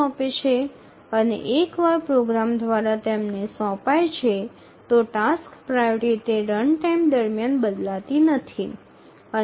অগ্রাধিকারের পরে প্রোগ্রামার দ্বারা নির্ধারিত টাস্ক রানটাইম চলাকালীন পরিবর্তিত হয় না